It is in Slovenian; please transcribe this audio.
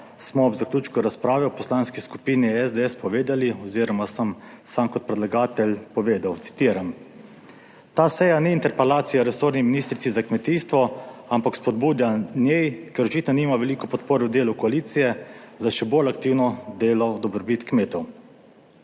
smo ob zaključku razprave v Poslanski skupini SDS povedali oziroma sem sam kot predlagatelj povedal, citiram: !Ta seja ni interpelacija resorni ministrici za kmetijstvo, ampak spodbuda njej, ker očitno nima veliko podpore v delu koalicije za še bolj aktivno delo v dobrobit kmetov.